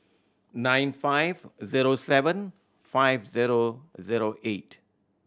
nine five zero seven five zero zero eight